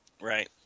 Right